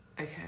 Okay